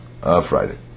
Friday